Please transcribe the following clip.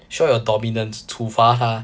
show your dominance 处罚她